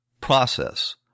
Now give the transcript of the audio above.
process